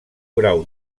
grau